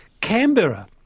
Canberra